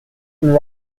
and